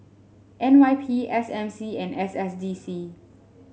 N Y P S M C and S S D C